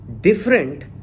different